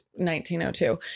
1902